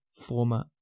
former